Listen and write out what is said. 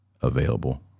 available